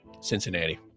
Cincinnati